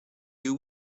you